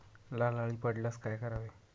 लाल अळी पडल्यास काय करावे?